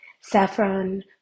Saffron